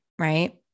right